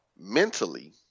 Mentally